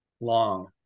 long